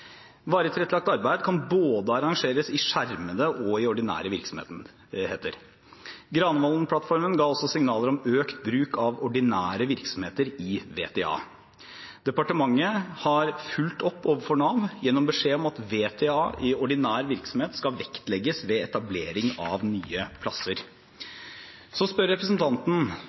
arbeid kan arrangeres både i skjermede og i ordinære virksomheter. Granavolden-plattformen ga også signaler om økt bruk av ordinære virksomheter i VTA. Departementet har fulgt opp overfor Nav gjennom beskjed om at VTA i ordinær virksomhet skal vektlegges ved etablering av nye plasser. Representanten spør